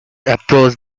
approached